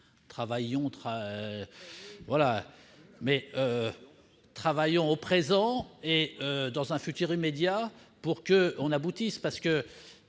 Travaillons au présent et dans un futur immédiat pour aboutir